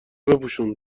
بپوشون